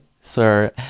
sir